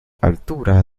altura